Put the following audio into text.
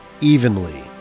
evenly